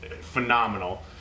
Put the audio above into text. phenomenal